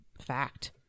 Fact